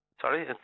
Sorry